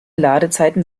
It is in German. ladezeiten